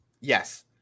Yes